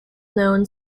known